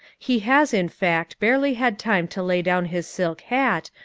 he has, in fact, barely had time to lay down his silk hat,